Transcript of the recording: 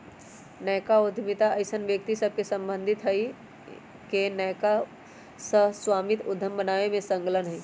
नयका उद्यमिता अइसन्न व्यक्ति सभसे सम्बंधित हइ के नयका सह स्वामित्व उद्यम बनाबे में संलग्न हइ